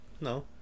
no